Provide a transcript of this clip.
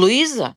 luiza